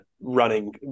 running